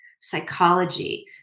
psychology